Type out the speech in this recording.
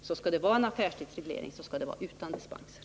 Om vi skall ha en affärstidsreglering skall det därför vara en sådan utan dispenser.